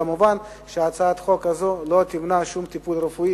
מובן שהצעת חוק זו לא תמנע שום טיפול רפואי